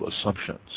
assumptions